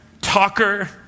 talker